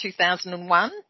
2001